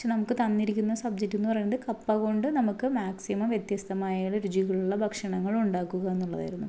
പക്ഷെ നമുക്ക് തന്നിരിക്കുന്ന സബ്ജെക്റ്റ് എന്ന് പറയുന്നത് കപ്പ കൊണ്ട് നമുക്ക് മാക്സിമം വ്യത്യസ്തമായ രുചികളുള്ള ഭക്ഷണങ്ങള് ഉണ്ടാക്കുക എന്നുള്ളതായിരുന്നു